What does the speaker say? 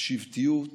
השבטיות,